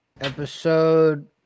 Episode